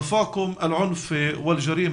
אדוני כבוד יושב ראש הוועדה,